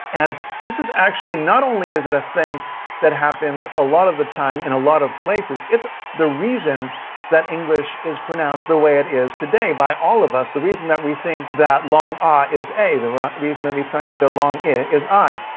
and this is actually, not only is it a thing that happens a lot of the time in a lot of places, it's the reason that english is pronounced the way it is today by all of us, the reason that we think that long ah is a, the reason that we think that long ih is i.